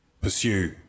pursue